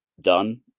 done